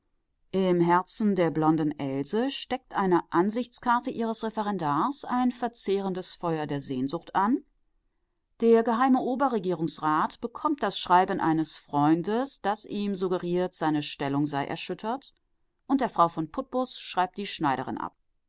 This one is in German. im herzen der blonden else steckt eine ansichtskarte ihres referendars ein verzehrendes feuer der sehnsucht an der geheime oberregierungsrat bekommt das schreiben eines freundes das ihm suggeriert seine stellung sei erschüttert und der frau von puttbus schreibt die schneiderin ab